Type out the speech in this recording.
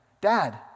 Dad